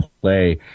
play